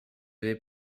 avez